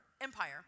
empire